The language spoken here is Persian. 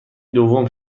دوم